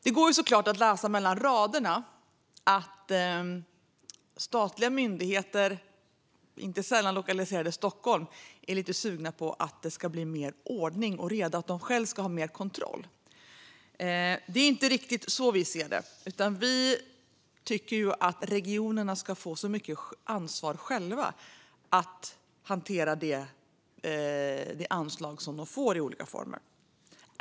Det går såklart att läsa mellan raderna att statliga myndigheter, som inte sällan är lokaliserade till Stockholm, är lite sugna på att det ska bli mer ordning och reda och att de själva ska ha mer kontroll. Det är inte riktigt så vi ser det. Vi tycker att regionerna själva ska få så mycket ansvar som möjligt för att hantera de anslag de får i olika former.